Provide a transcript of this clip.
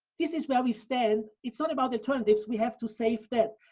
this is where we stand. it's not about alternatives, we have to save them.